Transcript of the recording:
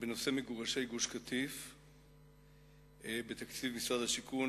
בנושא מגורשי גוש-קטיף בתקציב משרד השיכון,